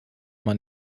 man